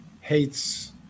hates